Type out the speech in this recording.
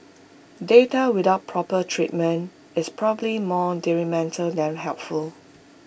data without proper treatment is probably more detrimental than helpful